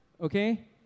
Okay